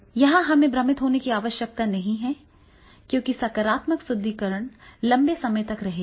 यहां हमें भ्रमित होने की आवश्यकता नहीं है क्योंकि सकारात्मक सुदृढीकरण लंबे समय तक रहेगा